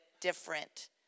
different